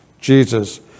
Jesus